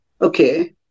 okay